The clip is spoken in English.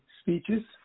speeches